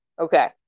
Okay